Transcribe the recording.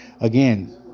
again